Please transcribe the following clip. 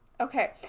Okay